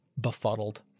befuddled